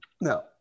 no